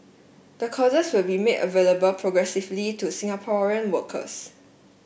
the courses will be made available progressively to Singaporean workers